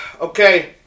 Okay